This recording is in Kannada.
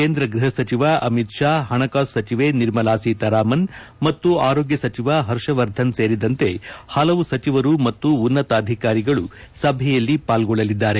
ಕೇಂದ್ರ ಗೃಹ ಸಚಿವ ಅಮಿತ್ ಷಾ ಹಣಕಾಸು ಸಚಿವೆ ನಿರ್ಮಲಾ ಸೀತಾರಾಮನ್ ಮತ್ತು ಆರೋಗ್ಯ ಸಚಿವ ಹರ್ಷವರ್ಧನ್ ಸೇರಿದಂತೆ ಹಲವು ಸಚಿವರು ಮತ್ತು ಉನ್ನತಾಧಿಕಾರಿಗಳು ಸಭೆಯಲ್ಲಿ ಪಾಲ್ಗೊಳ್ಳಲಿದ್ದಾರೆ